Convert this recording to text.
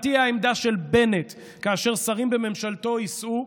מה תהיה העמדה של בנט כאשר שרים בממשלתו ייסעו,